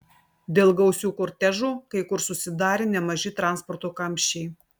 dėl gausių kortežų kai kur susidarė nemaži transporto kamščiai